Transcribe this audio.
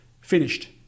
Finished